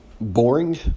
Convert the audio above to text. boring